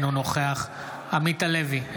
אינו נוכח עמית הלוי,